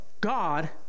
God